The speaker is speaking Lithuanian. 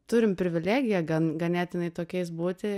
turime privilegiją gan ganėtinai tokiais būti